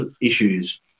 issues